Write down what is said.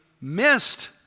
missed